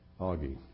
Augie